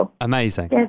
Amazing